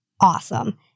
Awesome